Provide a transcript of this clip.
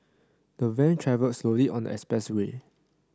the van travelled slowly on the expressway